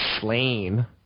slain